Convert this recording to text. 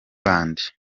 bande